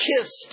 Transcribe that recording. kissed